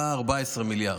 בשנה הבאה 14 מיליארד.